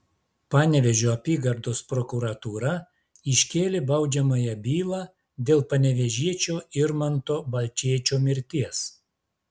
panevėžio apygardos prokuratūra iškėlė baudžiamąją bylą dėl panevėžiečio irmanto balčėčio mirties